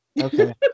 Okay